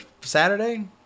Saturday